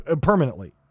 permanently